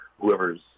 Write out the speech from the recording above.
whoever's